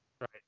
Right